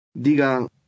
Diga